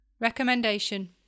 Recommendation